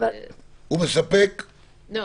בשל